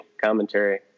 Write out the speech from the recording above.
commentary